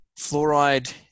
fluoride